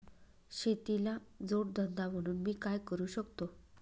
शेतीला जोड धंदा म्हणून मी काय करु शकतो?